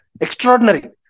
extraordinary